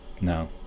No